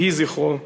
יהי זכרו ברוך.